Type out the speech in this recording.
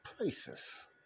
places